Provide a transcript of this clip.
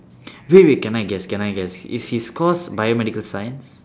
wait wait can I guess can I guess is his course biomedical science